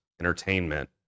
entertainment